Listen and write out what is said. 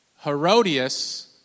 Herodias